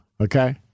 okay